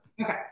Okay